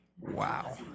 Wow